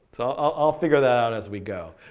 so i'll figure that out as we go,